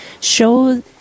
show